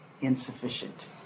insufficient